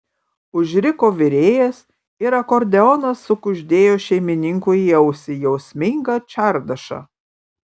užriko virėjas ir akordeonas sukuždėjo šeimininkui į ausį jausmingą čardašą